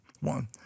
one